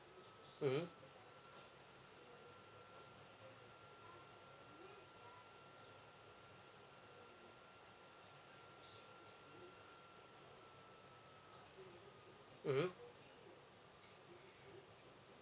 mmhmm mmhmm